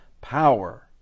power